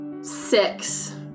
Six